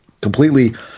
completely